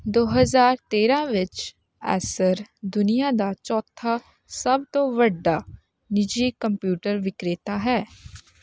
ਦੋ ਹਜ਼ਾਰ ਤੇਰਾਂ ਵਿੱਚ ਐਸਰ ਦੁਨੀਆ ਦਾ ਚੌਥਾ ਸਭ ਤੋਂ ਵੱਡਾ ਨਿੱਜੀ ਕੰਪਿਊਟਰ ਵਿਕਰੇਤਾ ਸੀ